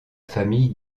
famille